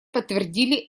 подтвердили